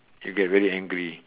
you get very angry